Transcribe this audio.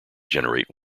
generate